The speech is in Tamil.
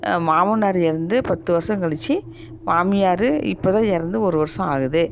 மாமனார் இறந்து பத்து வருஷம் கழிச்சி மாமியார் இப்போ தான் இறந்து ஒரு வருஷம் ஆகுது